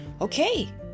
okay